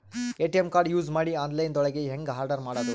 ATM card use ಮಾಡಿ online ದೊಳಗೆ ಹೆಂಗ್ ಆರ್ಡರ್ ಮಾಡುದು?